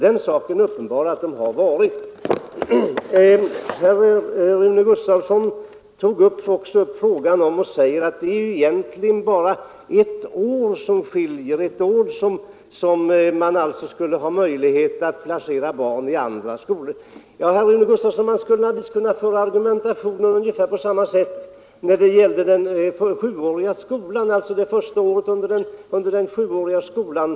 Det är uppenbart att de varit det. Rune Gustavsson sade vidare att det ju bara är ett år som skiljer, alltså ett år under vilket man skulle ha möjlighet att placera barn i andra skolor. Men, herr Gustavsson, man kan ju föra ungefär samma argumentation när det gäller första året under den sjuåriga skolan.